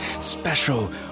special